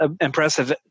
impressive